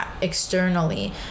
externally